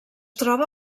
troba